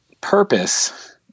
purpose